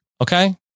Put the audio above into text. Okay